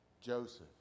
joseph